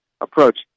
approach